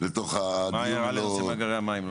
לתוך דיון ללא --- מה ההערה בנושא מאגרי מים?